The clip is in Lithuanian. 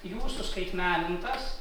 jų suskaitmenintas